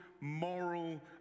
moral